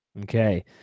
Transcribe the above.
Okay